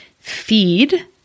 feed